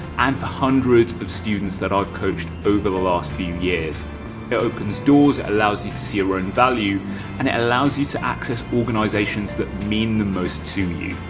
and the hundreds of students that i've coached over the last few years. it opens doors, it allows you to see your own value and it allows you to access organisations that mean the most to you.